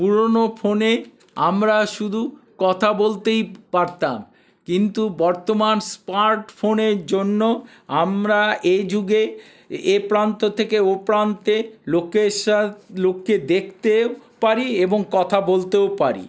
পুরোনো ফোনে আমরা শুধু কথা বলতেই পারতাম কিন্তু বর্তমান স্মার্ট ফোনের জন্য আমরা এই যুগে এ প্রান্ত থেকে ও প্রান্তে লোকের সা লোককে দেখতে পারি এবং কথা বলতেও পারি